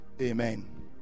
Amen